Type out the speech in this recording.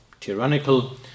tyrannical